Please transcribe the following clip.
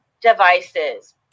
devices